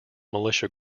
militia